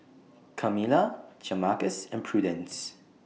Kamila Jamarcus and Prudence